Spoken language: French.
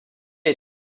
est